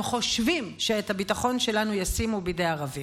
הם חושבים שאת הביטחון שלנו ישימו בידי ערבים.